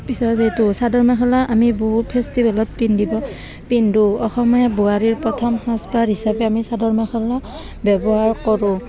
পিছত যিহেতু চাদৰ মেখেলা আমি বহুত ফেষ্টিভেলত পিন্ধিব পিন্ধোঁ অসমীয়া বোৱাৰীৰ প্ৰথম সাজপাত হিচাপে আমি চাদৰ মেখেলা ব্যৱহাৰ কৰোঁ